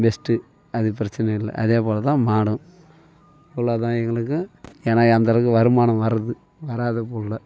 best அது பிரச்சனை இல்லை அதேபோல் தான் மாடும் அவ்வளவுதான் எங்களுக்கும் ஏன்னா அந்த அளவுக்கு வருமானம் வருது வராம போகல